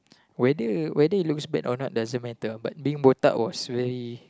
whether whether you lose weight or not doesn't matter but being botak was really